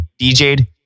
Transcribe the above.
DJed